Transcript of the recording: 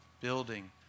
building